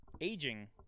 aging